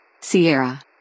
Sierra